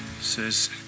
says